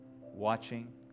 watching